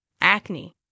acne